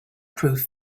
prove